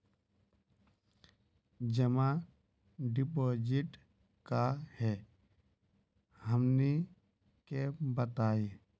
जमा डिपोजिट का हे हमनी के बताई?